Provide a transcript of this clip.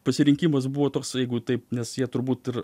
pasirinkimas buvo toks jeigu taip nes jie turbūt ir